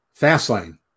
Fastlane